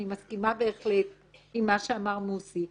אני מסכימה בהחלט עם מה שאמר מוסי,